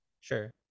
Sure